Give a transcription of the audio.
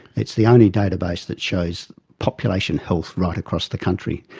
it's the only database that shows population health right across the country.